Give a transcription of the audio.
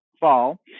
fall